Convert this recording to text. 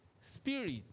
spirit